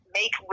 make